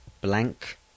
Blank